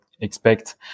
expect